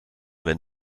wenn